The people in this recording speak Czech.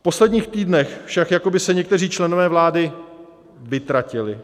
V posledních týdnech však jako by se někteří členové vlády vytratili.